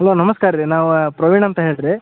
hello ನಮಸ್ಕಾರ ರೀ ನಾವು ಪ್ರವೀಣ್ ಅಂತ ಹೇಳಿ ರೀ